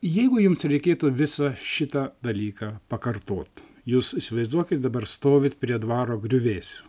jeigu jums reikėtų visą šitą dalyką pakartot jūs įsivaizduokit dabar stovit prie dvaro griuvėsių